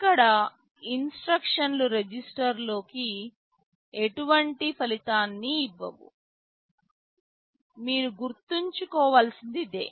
ఇక్కడ ఇన్స్ట్రక్షన్ లు రిజిస్టర్ లోకి ఎటువంటి ఫలితాన్ని ఇవ్వవు మీరు గుర్తుంచుకోవలసినది ఇదే